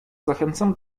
zachęcam